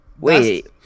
Wait